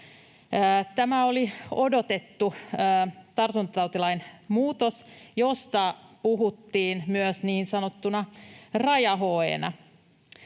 Tämä oli odotettu tartuntatautilain muutos, josta puhuttiin myös niin sanottuna raja-HE:nä.